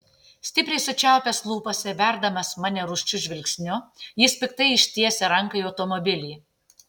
stipriai sučiaupęs lūpas ir verdamas mane rūsčiu žvilgsniu jis piktai ištiesia ranką į automobilį